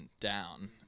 down